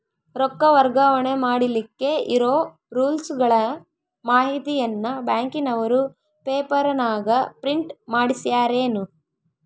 ರೊಕ್ಕ ವರ್ಗಾವಣೆ ಮಾಡಿಲಿಕ್ಕೆ ಇರೋ ರೂಲ್ಸುಗಳ ಮಾಹಿತಿಯನ್ನ ಬ್ಯಾಂಕಿನವರು ಪೇಪರನಾಗ ಪ್ರಿಂಟ್ ಮಾಡಿಸ್ಯಾರೇನು?